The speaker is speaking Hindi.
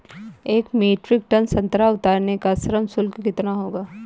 एक मीट्रिक टन संतरा उतारने का श्रम शुल्क कितना होगा?